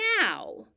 now